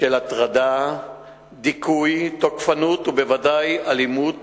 של הטרדה, דיכוי, תוקפנות ובוודאי אלימות